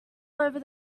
over